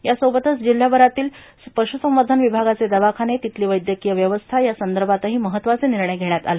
यासोबतच जिल्ह्याभरातील पश्रुसंवर्धन विभागाचे दवाखाने तिथली वैद्यकीय व्यवस्था या संदर्भातीी महत्वाचे निर्णय घेण्यात आले